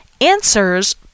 answers